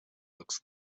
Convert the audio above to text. looks